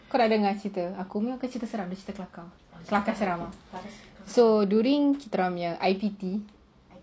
kau dah dengar cerita aku punya bukan cerita seram kelakar seram ah so during kita orang punya I_P_T